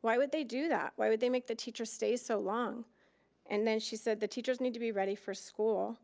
why would they do that? why would they make the teachers stay so long and then she said the teachers need to be ready for school